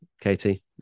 Katie